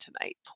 tonight